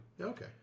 Okay